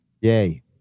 Yay